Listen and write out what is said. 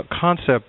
concept